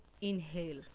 inhale